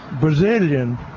Brazilian